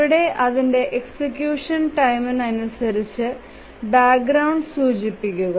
ഇവിടെ അതിന്റെ എക്സിക്യൂഷൻ ടൈമിന് അനുസരിച്ച് ബാക്ക്ഗ്രൌണ്ട് സൂചിപ്പിക്കുക